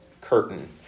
curtain